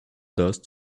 dust